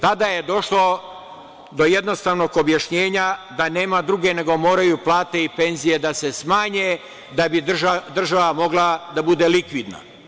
Tada je došlo do jednostavnog objašnjenja da nema druge nego moraju plate i penzije da se smanje, da bi država mogla da bude likvidna.